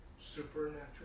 Supernatural